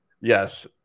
Yes